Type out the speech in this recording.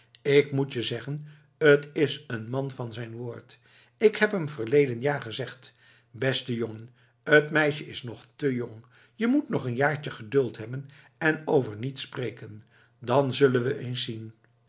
ik moet zeggen t is een man van zijn woord k heb hem verleden jaar gezegd beste jongen t meisje is nog te jong je moet nog een jaartje geduld hebben en over niets spreken dan zullen we eens zien